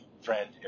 friend